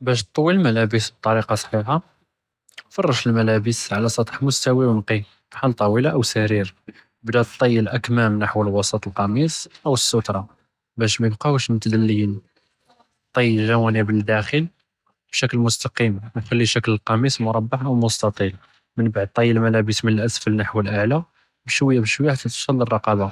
באש טטוי אלמלאבס בטוריקה צחיחה، פרש אלמלאבס עלא סטח מֻסתוי ו נקי، בחאל טאולה אוא סריר، אִבְּדָא בטי אלאכּמאם נַחו וסְט אלקמיץ אוא אלסתְרה באש מא יבְּקָאוש מתדלִין، טי אלג'ואנב ללדאخل בשִכּל מֻסתקים ו חְלִי שִכּל אלקמיץ מֻרבַּע אוא מֻסתטִיל، מן בעדא טי אלמלאבס מן אלאסְפל נחו אלאַעלא בשוויה בשוויה חתה תוסל ללרקבה،